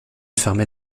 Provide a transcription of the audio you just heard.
fermait